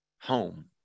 home